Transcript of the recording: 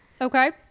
okay